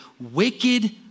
wicked